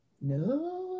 no